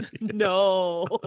No